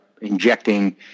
injecting